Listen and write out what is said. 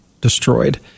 destroyed